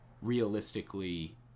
realistically